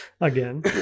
again